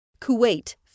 Kuwait